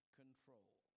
control